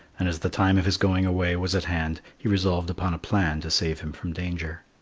and, as the time of his going away was at hand, he resolved upon a plan to save him from danger.